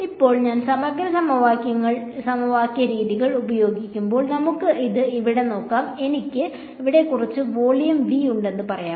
ഇപ്പോൾ ഞാൻ സമഗ്ര സമവാക്യ രീതികൾ ഉപയോഗിക്കുമ്പോൾ നമുക്ക് ഇത് ഇവിടെ നോക്കാം എനിക്ക് ഇവിടെ കുറച്ച് വോളിയം v ഉണ്ടെന്ന് പറയാം